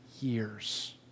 years